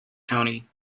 county